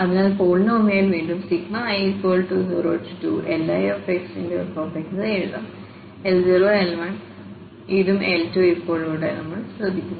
അതിനാൽ പോളിനോമിയൽ വീണ്ടും i02Lixf എഴുതാം L0 L1ഇതും L2ഇപ്പോൾ ഇവിടെയും നമ്മൾ ശ്രദ്ധിക്കുന്നു